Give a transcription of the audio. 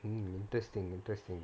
mm interesting interesting